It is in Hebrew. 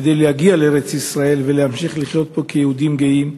כדי להגיע לארץ-ישראל ולהמשיך לחיות פה כיהודים גאים,